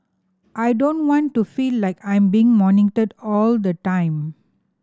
I don't want to feel like I'm being monitored all the time